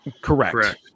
Correct